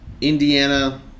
Indiana